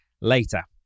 later